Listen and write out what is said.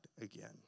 again